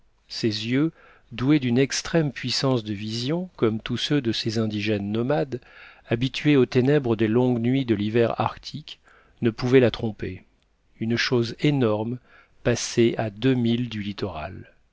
ses yeux doués d'une extrême puissance de vision comme tous ceux de ces indigènes nomades habitués aux ténèbres des longues nuits de l'hiver arctique ne pouvaient la tromper une chose énorme passait à deux milles du littoral